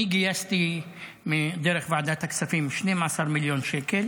אני גייסתי דרך ועדת הכספים 12 מיליון שקל